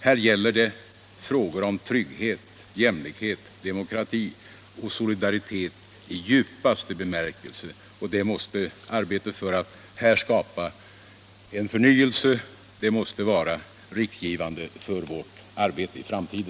Här gäller det frågor där trygghet, jämlikhet, demokrati och solidaritet i djupaste bemärkelse måste vara riktgivande för vårt arbete.